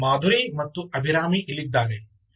ಆದ್ದರಿಂದ ಈಗ ಮಾಧುರಿ ಮತ್ತು ಅಭಿರಾಮಿ ಇಲ್ಲಿದ್ದಾರೆ